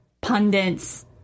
pundits